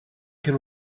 can